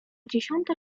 dziesiąta